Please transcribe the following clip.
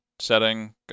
setting